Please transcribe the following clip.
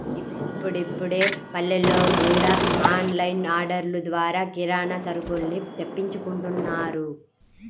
ఇప్పుడిప్పుడే పల్లెల్లో గూడా ఆన్ లైన్ ఆర్డర్లు ద్వారా కిరానా సరుకుల్ని తెప్పించుకుంటున్నారు